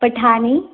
Pathani